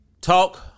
talk